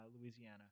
Louisiana